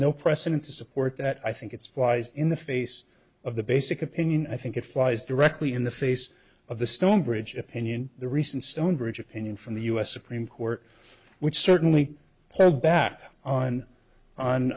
no precedent to support that i think it's flies in the face of the basic opinion i think it flies directly in the face of the stonebridge opinion the recent stonebridge opinion from the us supreme court which certainly hold back on on